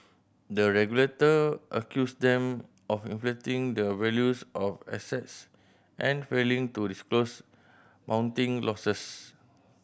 the regulator accused them of inflating the values of assets and failing to disclose mounting losses